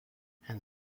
and